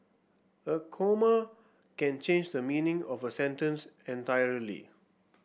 a comma can change the meaning of a sentence entirely